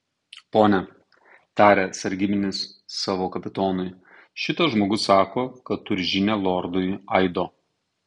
pone tarė sargybinis savo kapitonui šitas žmogus sako kad turi žinią lordui aido